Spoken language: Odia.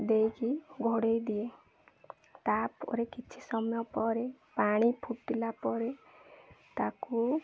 ଦେଇକି ଘୋଡ଼େଇ ଦିଏ ତା'ପରେ କିଛି ସମୟ ପରେ ପାଣି ଫୁଟିଲା ପରେ ତାକୁ